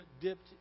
dipped